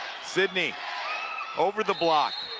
sidney over the block,